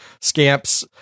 scamps